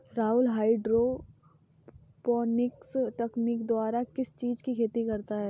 Rahul hydroponics तकनीक द्वारा किस चीज की खेती करता है?